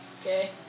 Okay